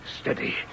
steady